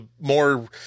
more